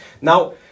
Now